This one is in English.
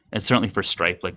and certainly, for stipe, like